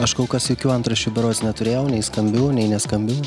aš kol kas jokių antraščių berods neturėjau nei skambių nei neskambių